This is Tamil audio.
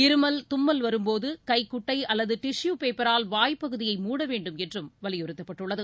இருமல் தும்மல் வரும்போது கைகுட்டை அல்லது டிஷு பேப்பரால் வாய் பகுதியை மூட வேண்டும் என்றும் வலியுறுத்தப்பட்டுள்ளது